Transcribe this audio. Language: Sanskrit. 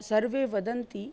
सर्वे वदन्ति